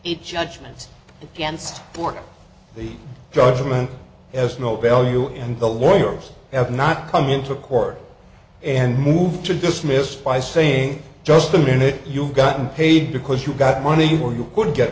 a judgment against for the judgment as no value and the lawyers have not come into court and moved to dismissed by saying just a minute you've gotten paid because you've got money where you could get